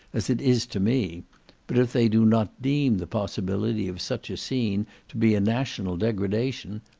as it is to me but if they do not deem the possibility of such a scene to be a national degradation,